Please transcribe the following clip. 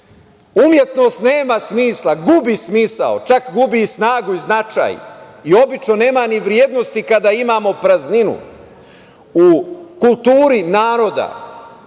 Umetnost nema smisla, gubi smisao, čak gubi snagu i značaj, i obično nema ni vrednosti kada imamo prazninu u kulturi naroda,